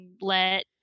let